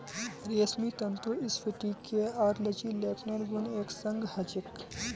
रेशमी तंतुत स्फटिकीय आर लचीलेपनेर गुण एक संग ह छेक